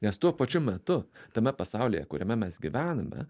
nes tuo pačiu metu tame pasaulyje kuriame mes gyvename